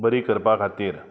बरी करपा खातीर